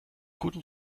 guten